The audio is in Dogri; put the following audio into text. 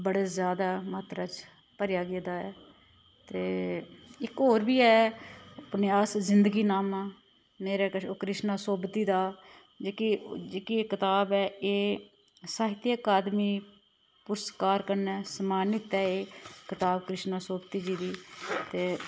बड़े ज्यादा मात्रा च भरेआ गेदा ऐ ते इक होर बी ऐ उपन्यास जिंदगीनामा मेरे कश ओह् कृष्णा सोभती दा जेह्की जेह्की एह् कताब ऐ एह् साहित्य अकादमी पुरस्कार कन्नै सम्मानित ऐ एह् कताब कृष्णा सोभती जी दी ते